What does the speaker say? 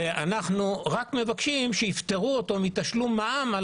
ואנחנו רק מבקשים שיפתרו אותו מתשלום מע"מ על